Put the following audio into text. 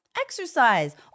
exercise